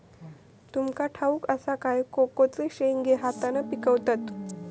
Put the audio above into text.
तुमका ठाउक असा काय कोकोचे शेंगे हातान पिकवतत